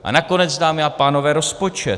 A nakonec, dámy a pánové, rozpočet.